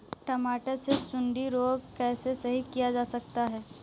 टमाटर से सुंडी रोग को कैसे सही किया जा सकता है?